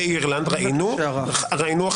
באירלנד ראינו אחת,